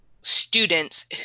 students